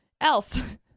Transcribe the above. else